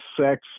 sex